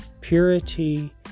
Purity